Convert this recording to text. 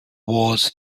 wars